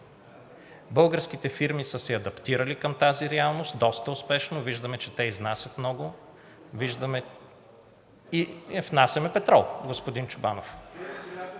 Българските фирми са се адаптирали към тази реалност доста успешно. Виждаме, че те изнасят много. (Реплика от ДПС.) Ние внасяме петрол, господин Чобанов.